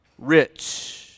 rich